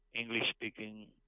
English-speaking